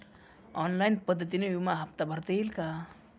Online पद्धतीने विमा हफ्ता भरता येईल का?